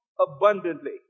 abundantly